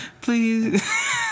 Please